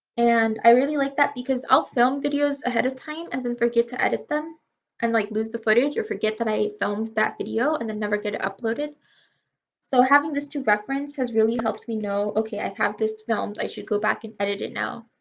and i really like that because i'll film videos ahead of time and then forget to edit them and like lose the footage or forget that i filmed that video and then never get it uploaded so having this to reference has really helped me know, okay i have this filmed, i should go back and edit it now.